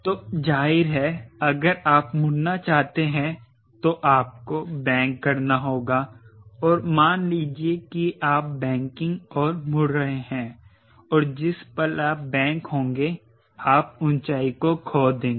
तो जाहिर है अगर आप मुड़ना चाहते हैं तो आपको बैंक करना होगा और मान लीजिए कि आप बैंकिंग और मुड़ रहे हैं और जिस पल आप बैंक होंगे आप ऊंचाई को खो देंगे